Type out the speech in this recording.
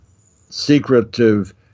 secretive